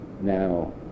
Now